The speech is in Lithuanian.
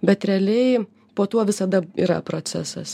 bet realiai po tuo visada yra procesas